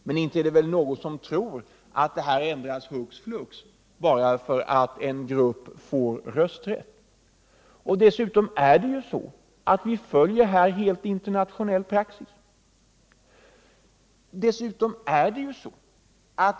Men inte är det väl någon som tror att detta ändras hux flux bara för att en grupp får rösträtt. Dessutom är det så att vi här följer internationell praxis.